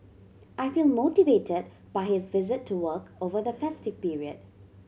I feel motivated by his visit to work over the festive period